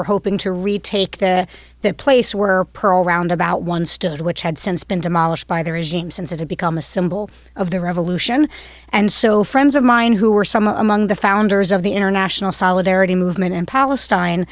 were hoping to retake the that place where pearl roundabout one stood which had since been demolished by the regime since it had become a symbol of the revolution and so friends of mine who were some among the founders of the international solidarity movement in palestine